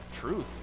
truth